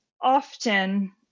often